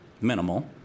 minimal